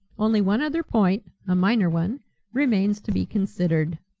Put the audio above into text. only one other point a minor one remains to be considered.